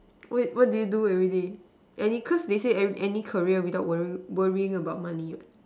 wait what do you do everyday and it cause they say any career without worry worrying about money what